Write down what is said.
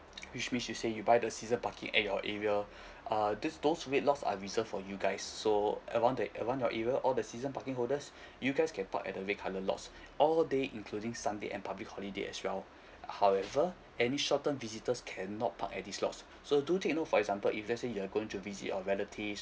which means to say you buy the season parking at your area err this those red lots are reserved for you guys so around that around your area all the season parking holders you guys can park at the red colour lots all day including sunday and public holiday as well uh however any short term visitors can not park at these lots so do take note for example if let's say you are going to visit your relatives